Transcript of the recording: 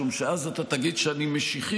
משום שאז אתה תגיד שאני משיחי,